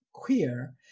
Queer